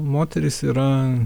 moteris yra